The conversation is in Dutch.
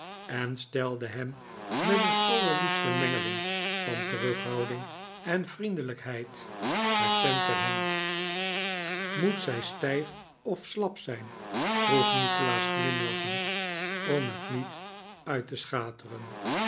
en stelde hem met een allerliefste mengeling van terughouding en vriendelijkheid haar pen ter hand moet zij stijf of slap zijn vroeg nikolaas glimlachend cm het niet uit te schateren